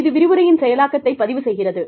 இது விரிவுரையின் செயலாக்கத்தை பதிவு செய்கிறது